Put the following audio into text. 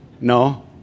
No